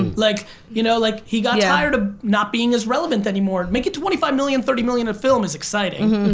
and like you know like he got yeah tired of ah not being as relevant anymore. and making twenty five million, thirty million a film is exciting,